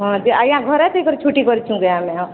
ହଁ ଯେ ଆଜ୍ଞା ଘରେ ଥାଇକରି ଛୁଟି କରିଛୁ ଇଟା ଆମେ ହଁ